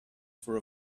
for